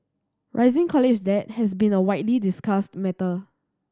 rising college debt has been a widely discussed matter